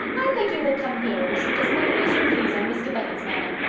i beg you will come here, and shoot as many as you please on mr. bennet's manor.